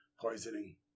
poisoning